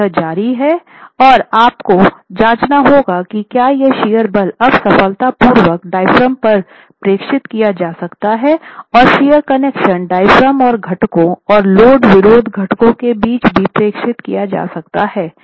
तो यह जारी है और आपको जाँचना होगा कि क्या यह शियर बल अब सफलतापूर्वक डायाफ्राम पर प्रेषित किया जा सकता है और शियर कनेक्शन डायाफ्राम और घटकों और लोड विरोध घटकों के बीच भी प्रेषित किया जा सकता है